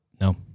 no